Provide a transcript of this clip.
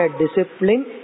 discipline